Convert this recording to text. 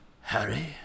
Harry